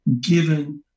given